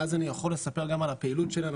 ואז אני יכול לספר גם על הפעילות שלנו